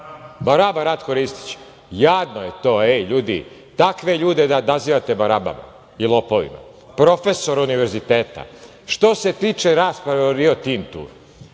Baraba Ratko Ristić. Jadno je to. Ej, ljudi, takve ljude da nazivate barabama i lopovima! Profesor univerziteta. Što se tiče rasprave o "Rio Tintu",